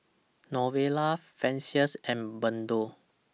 Novella Francine and Berton